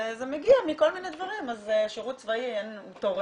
וזה מגיע מכל מיני דברים אז שירות צבאי תורם,